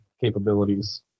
capabilities